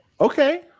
Okay